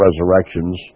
resurrections